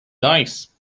dice